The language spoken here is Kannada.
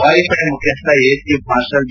ವಾಯುಪಡೆ ಮುಖ್ಯಸ್ಥ ಏರ್ ಚೀಫ್ ಮಾರ್ಷಲ್ ಬಿ